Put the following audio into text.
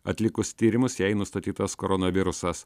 atlikus tyrimus jai nustatytas koronavirusas